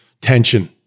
tension